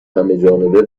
همهجانبه